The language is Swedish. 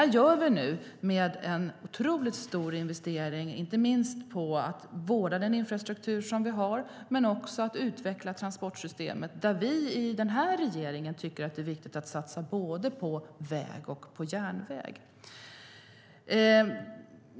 Vi gör nu en otroligt stor investering, inte minst för att vårda den infrastruktur vi har men också för att utveckla transportsystemet. Den här regeringen tycker att det är viktigt att satsa både på väg och på järnväg.